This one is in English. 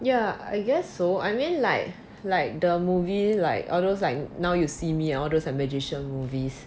yeah I guess so I mean like like the movie like all those like now you see me all those like magician movies